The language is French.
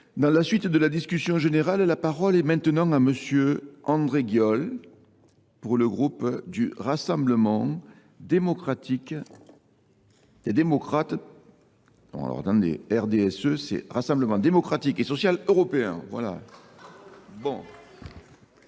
Dans la suite de la discussion générale, la parole est maintenant à Monsieur André Guiol pour le groupe du Rassemblement démocratique et démocrate Dans